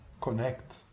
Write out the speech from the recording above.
connect